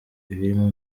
ibirimo